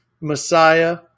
Messiah